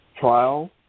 trial